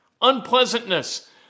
unpleasantness